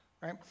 right